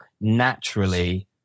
naturally